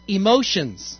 emotions